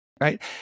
right